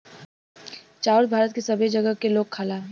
चाउर भारत के सबै जगह क लोग खाला